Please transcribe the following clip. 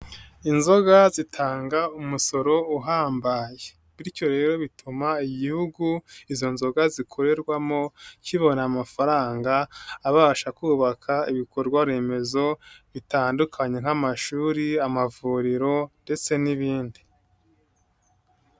Inzoga zitanga umusoro uhambaye bityo rero bituma igihugu izo nzoga zikorerwamo, kibona amafaranga abasha kubaka ibikorwaremezo bitandukanye nk'amashuri, amavuriro ndetse n'ibindi.